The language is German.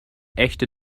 echte